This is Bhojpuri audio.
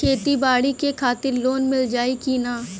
खेती बाडी के खातिर लोन मिल जाई किना?